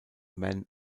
man